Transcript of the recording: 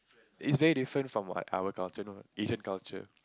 it's very different like from what our culture know Asian culture